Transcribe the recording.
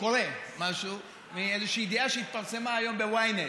קורא משהו מאיזושהי ידיעה שהתפרסמה היום ב-ynet.